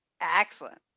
Excellent